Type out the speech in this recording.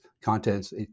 contents